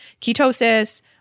ketosis